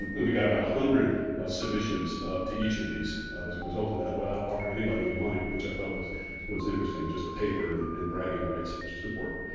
and we got about one hundred ah submissions to each of these as a result of that without offering anybody any money, which i thought was was interesting, just the paper and and bragging rights, which is important.